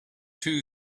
two